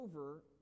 over